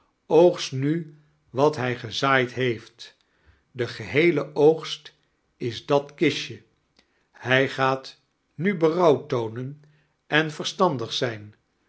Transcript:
oogsit nu wat hij gezaadd heeft de geheele oogst is dat kistje hij gaat nu berouw toonen en verstandig zijn